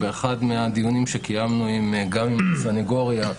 באחד מהדיונים שקיימנו עם הסנגוריה,